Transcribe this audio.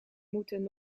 moeten